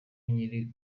nyiri